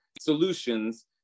solutions